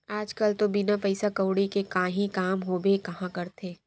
आज कल तो बिना पइसा कउड़ी के काहीं काम होबे काँहा करथे